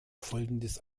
folgendes